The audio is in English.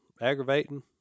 aggravating